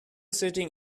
sitting